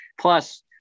Plus